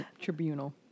tribunal